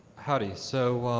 howdy. so